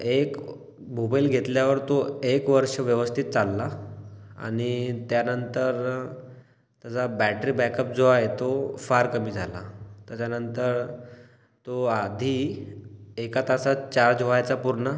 एक मोबाईल घेतल्यावर तो एक वर्ष व्यवस्थित चालला आणि त्यानंतर त्याचा बॅटरी बॅकअप जो आहे तो फार कमी झाला त्याच्यानंतर तो आधी एका तासात चार्ज व्हायचा पूर्ण